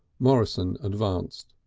morrison advanced.